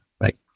right